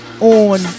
on